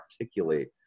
articulate